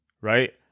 right